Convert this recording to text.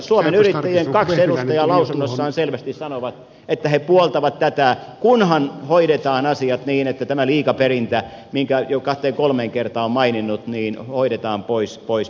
suomen yrittäjien kaksi edustajaa lausunnossaan selvästi sanovat että he puoltavat tätä kunhan hoidetaan asiat niin että tämä liikaperintä minkä jo kahteen kolmeen kertaan olen maininnut hoidetaan pois päiväjärjestyksestä